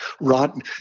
rotten